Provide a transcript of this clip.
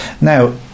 Now